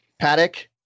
paddock